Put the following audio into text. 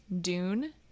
Dune